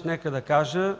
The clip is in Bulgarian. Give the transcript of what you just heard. Нека да кажа